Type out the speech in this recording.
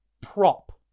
prop